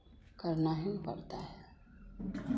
करना ही ना पड़ता है